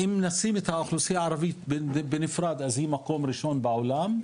אם מנסים לשים את האוכלוסייה בנפרד אז היא מקום ראשון בעולם,